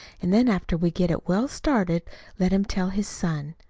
and then after we get it well started let him tell his son.